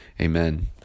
Amen